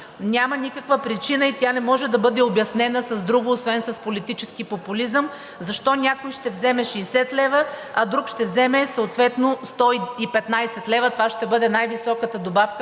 Няма никаква причина и тя не може да бъде обяснена с друго освен с политически популизъм защо някой ще вземе 60 лв., а друг ще вземе съответно 115 лв. Това ще бъде най високата добавка,